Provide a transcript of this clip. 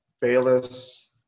Bayless